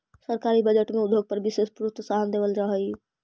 सरकारी बजट में उद्योग पर विशेष प्रोत्साहन देवल जा हई